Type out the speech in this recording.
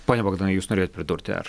pone bogdanai jūs norėjot pridurti ar